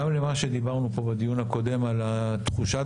גם למה שדיברנו פה בדיון הקודם על תחושת